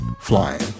flying